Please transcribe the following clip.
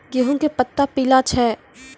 गेहूँ के पत्ता पीला छै?